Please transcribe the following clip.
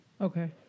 Okay